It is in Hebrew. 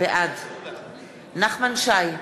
בעד נחמן שי,